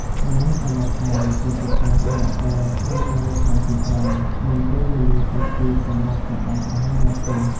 មនុស្សសម័យថ្មី ជាពិសេសអ្នកដែលរស់នៅក្នុងទីក្រុង មានពេលវេលាតិចតួចសម្រាប់ចម្អិនអាហារនៅផ្ទះ។